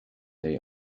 they